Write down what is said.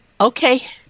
Okay